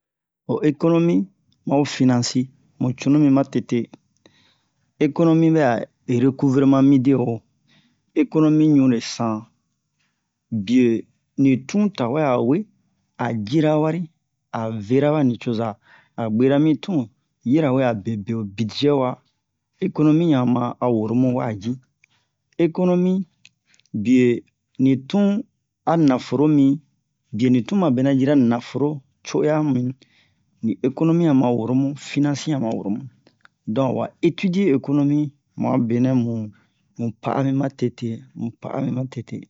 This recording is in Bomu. ho ekonomi ma ho finansi mu cunumi matete ekonomi ɓɛ'a rekuvreman mide ekonomi ɲunle san biye ni tun tawɛ a jira wari a vera ɓa nucoza a bwera mi tun yirawe a bebee ni bidzɛ waa ekonomi ɲan ma a woro mu wa ji ekonomi biye ni tun a naforo mi biye ni tun ma bena jira naforo co'oyamu ni ekonomu ɲan ma woro mu finansi ɲan ma woro mu donk awa etidiye ekonomi mu a benɛ mu pa'a mi matete mu pa'a mi matete